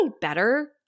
better